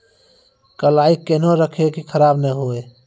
कलाई केहनो रखिए की खराब नहीं हुआ?